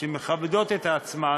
שמכבדות את עצמן,